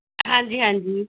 ਹਾਂਜੀ ਹਾਂਜੀ